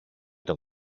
τον